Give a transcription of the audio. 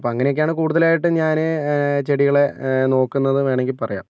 അപ്പോൾ അങ്ങനെയൊക്കെയാണ് കൂടുതലായിട്ടും ഞാന് ചെടികളെ നോക്കുന്നത് വേണമെങ്കിൽ പറയാം